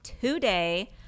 today